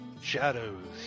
Shadows